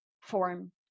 form